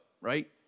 right